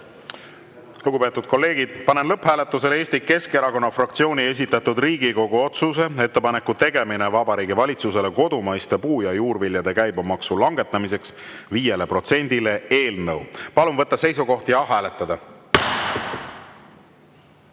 Lugupeetud kolleegid, panen lõpphääletusele Eesti Keskerakonna fraktsiooni esitatud Riigikogu otsuse "Ettepaneku tegemine Vabariigi Valitsusele kodumaiste puu- ja juurviljade käibemaksu langetamiseks 5-le protsendile" eelnõu. Palun võtta seisukoht ja hääletada!